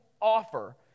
offer